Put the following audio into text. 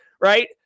Right